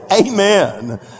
amen